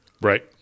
Right